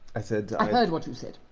i said i heard what you said.